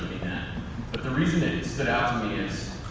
but the reason it stood out to me is